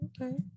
okay